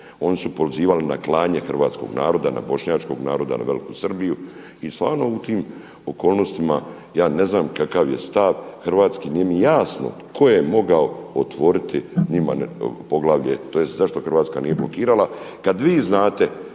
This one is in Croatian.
Oni su pozivali na klanje hrvatskog naroda, na bošnjačkog naroda, na veliku Srbiju. I stvarno u tim okolnostima ja ne znam kakav je stav hrvatski. Nije mi jasno tko je mogao otvoriti njima poglavlje, tj. zašto Hrvatska nije blokirala kad vi znate